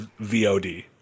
VOD